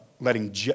letting